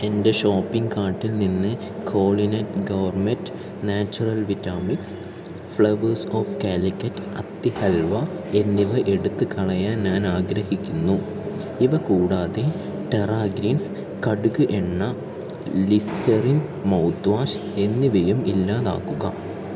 എന്റെ ഷോപ്പിംഗ് കാർട്ടിൽ നിന്ന് Quolinut gourmet natural vita mix flavours of Calicut അത്തി ഹൽവ എന്നിവ എടുത്തു കളയാൻ ഞാൻ ആഗ്രഹിക്കുന്നു ഇവ കൂടാതെ ടെറ ഗ്രീൻസ് കടുക് എണ്ണ ലിസ്റ്ററിൻ മൗത് വാഷ് എന്നിവയും ഇല്ലാതാക്കുക